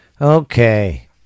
Okay